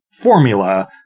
formula